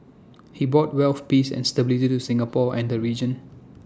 he bought wealth peace and stability to Singapore and the region